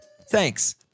Thanks